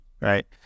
Right